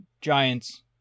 Giants